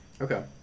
Okay